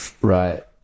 right